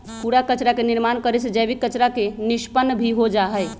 कूड़ा कचरा के निर्माण करे से जैविक कचरा के निष्पन्न भी हो जाहई